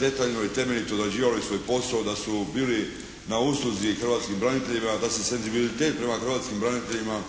detaljno i temeljito odrađivali svoj posao, da su bili na usluzi hrvatskim braniteljima. Da se senzibilitet prema hrvatskim braniteljima